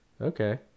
Okay